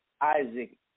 Isaac